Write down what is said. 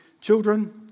Children